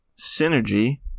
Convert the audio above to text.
Synergy